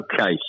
Okay